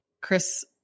Chris